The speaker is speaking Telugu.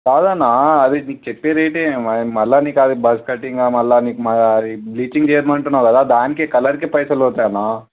కాదన్న అది చెప్పే రేటు మళ్ళా అది బస్ కటింగ్ మళ్ళా అది బ్లీచింగ్ చేయమంటున్నావు కదా దానికి కలర్కే పైసలు పోతాయి అన్న